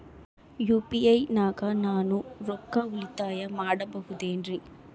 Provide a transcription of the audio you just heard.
UPI ನಾಗ ನಾನು ರೊಕ್ಕ ಉಳಿತಾಯ ಮಾಡಬಹುದೇನ್ರಿ?